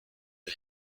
the